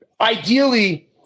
ideally